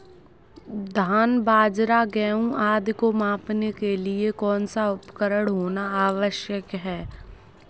धान बाजरा गेहूँ आदि को मापने के लिए कौन सा उपकरण होना आवश्यक है?